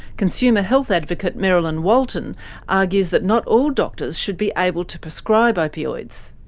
consumer health advocate merrilyn walton argues that not all doctors should be able to prescribe opioids.